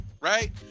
right